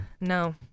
no